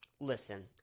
listen